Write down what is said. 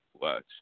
Watch